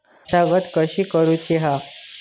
मशागत कशी करूची हा?